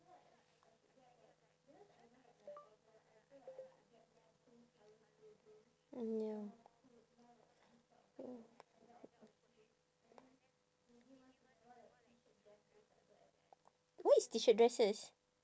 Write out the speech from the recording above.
mm ya what is T shirt dresses